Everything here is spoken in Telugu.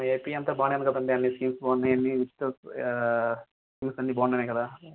ఏపీ అంతా బాగా నే ఉంది కదండి అన్నీ స్కీమ్స్ బాగున్నాయి అన్నీ స్కీమ్స్ అన్నీ బాగున్నాయి కదా